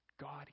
God